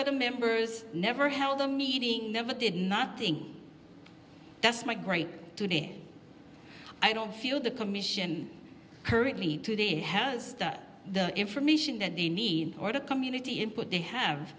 of the members never held a meeting never did not think that's my great i don't feel the commission currently has the information that they need or the community input they have